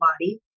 body